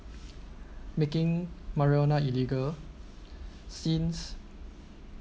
making marijuana illegal since